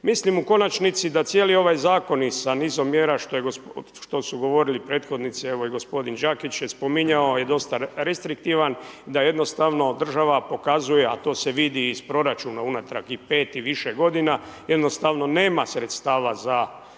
Mislim u konačnici da cijeli ovaj zakon i sa nizom mjera što su govorili prethodnici evo i gospodin Đakić je spominjao i dosta restriktivan da jednostavno država pokazuje a to se vidi iz proračuna unatrag i 5 i više godina jednostavno nema sredstava za